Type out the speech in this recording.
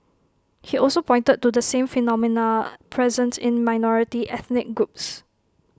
he also pointed to the same phenomena present in minority ethnic groups